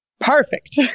Perfect